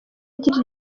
agira